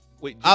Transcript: Wait